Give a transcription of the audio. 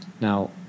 Now